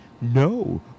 No